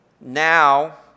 Now